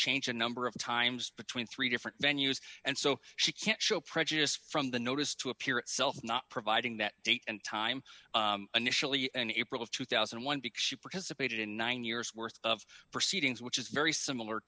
changed in number of times between three different venues and so she can't show prejudice from the notice to appear itself not providing that date and time initially and april of two thousand and one because she participated in nine years worth of proceedings which is very similar